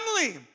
family